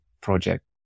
project